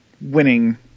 winning